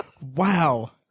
Wow